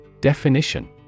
Definition